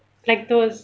like those